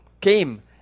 came